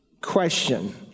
Question